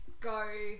go